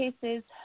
cases